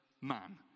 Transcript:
man